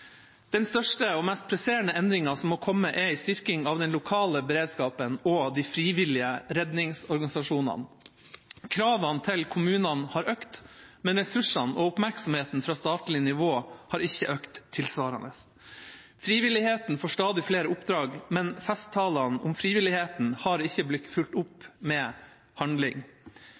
Den største og mest presserende endringen som må komme, er en styrking av den lokale beredskapen og de frivillige redningsorganisasjonene. Kravene til kommunene har økt, men ressursene og oppmerksomheten fra statlig nivå har ikke økt tilsvarende. Frivilligheten får stadig flere oppdrag, men festtalene om frivilligheten har ikke blitt fulgt opp med handling.